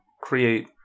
create